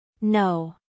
No